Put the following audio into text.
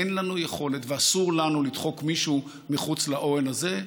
אין לנו יכולת ואסור לנו לדחוק מישהו מחוץ לאוהל הזה,